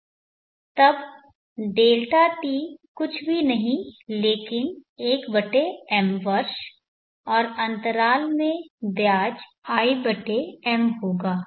तब Δt कुछ भी नहीं है लेकिन 1m वर्ष और अंतराल में ब्याज i m होगा